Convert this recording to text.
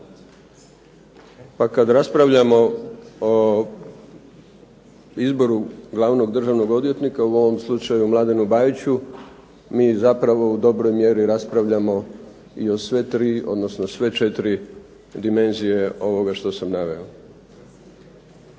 Pa kad raspravljamo o izboru glavnog državnog odvjetnika u ovom slučaju Mladenu Bajiću mi zapravo u dobroj mjeri raspravljamo i o sve tri odnosno sve četiri dimenzije ovoga što sam naveo.